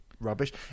rubbish